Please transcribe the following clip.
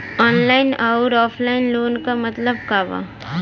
Online अउर offline loan क मतलब का बा?